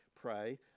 pray